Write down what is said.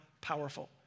powerful